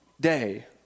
day